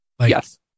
Yes